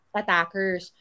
attackers